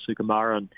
Sukumaran